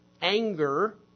anger